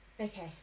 okay